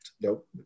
Nope